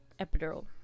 epidural